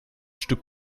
stück